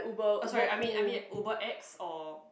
oh sorry I mean I mean Uber X or